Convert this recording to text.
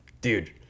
dude